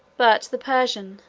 but the persian,